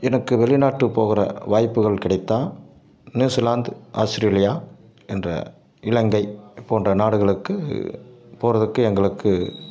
எனக்கு வெளிநாட்டுக்கு போகிற வாய்ப்புகள் கிடைத்தால் நியூசிலாந்து ஆஸ்ட்ரேலியா என்ற இலங்கை போன்ற நாடுகளுக்கு போகிறதுக்கு எங்களுக்கு